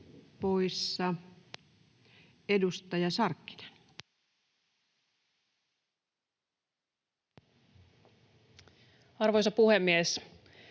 — Edustaja Mäkinen. Arvoisa puhemies!